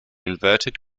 inverted